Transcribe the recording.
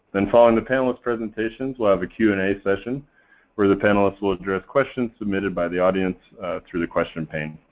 then, following the panelist presentations, we'll have a q and a session where the panelists will address questions submitted by the audience through the question pane.